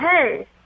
hey